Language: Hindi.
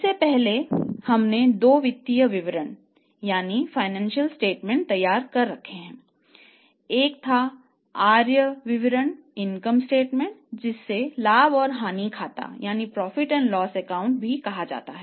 इससे पहले हमने 2 वित्तीय विवरण कहा जाता है